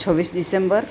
છવ્વીસ ડિસેમ્બર